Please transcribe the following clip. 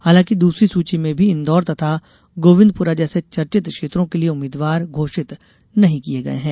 हालांकि दूसरी सूची में भी इंदौर तथा गोविन्दपुरा जैसे चर्चित क्षेत्रों के लिये उम्मीदवार घोषित नहीं किये गये हैं